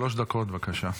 שלוש דקות, בבקשה.